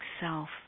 self